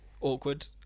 awkward